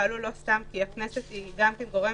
הכנסת היא גורם